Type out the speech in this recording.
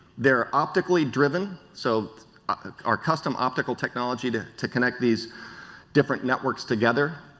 they are optically driven, so our custom optical technology to to connect these different networks together,